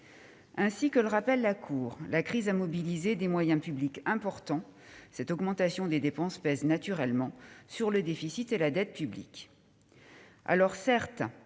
Ainsi que le rappelle la Cour des comptes, la crise a mobilisé des moyens publics importants. Cette augmentation des dépenses pèse naturellement sur le déficit et la dette publique.